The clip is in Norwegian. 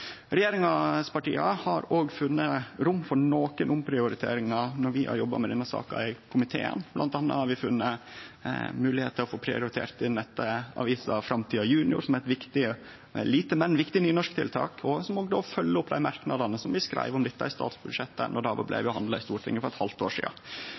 omprioriteringar når vi har jobba med denne saka i komiteen. Blant anna har vi funne det mogleg å få prioritert inn nettavisa Framtida junior, som eit lite, men viktig nynorsktiltak, som òg følgjer opp dei merknadane vi skreiv om dette i statsbudsjettet då det blei behandla i Stortinget for eit halvt år sidan.